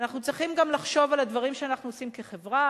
אנחנו צריכים גם לחשוב על הדברים שאנחנו עושים כחברה,